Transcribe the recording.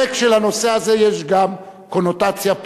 אין ספק שלנושא הזה יש גם קונוטציה פוליטית.